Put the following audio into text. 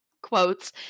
quotes